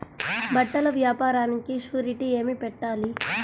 బట్టల వ్యాపారానికి షూరిటీ ఏమి పెట్టాలి?